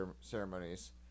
ceremonies